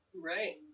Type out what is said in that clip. Right